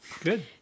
Good